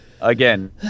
Again